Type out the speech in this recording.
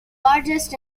largest